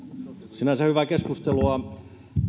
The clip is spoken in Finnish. sinänsä hyvää keskustelua